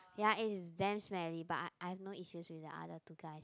ya and it damn smelly but I I have no issues with the other two guy